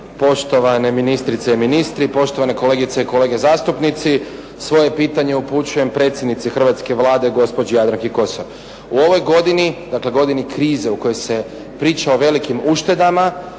poštovane ministrice i ministri, poštovane kolegice i kolege zastupnici. Svoje pitanje upućujem predsjednici hrvatske Vlade gospođi Jadranki Kosor. U ovoj godini, dakle godini krize u kojoj se priča o velikim uštedama